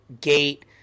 gate